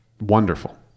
Wonderful